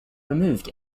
removed